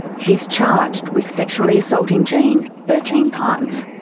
he's charged with sexually assaulting jenny thirteen times.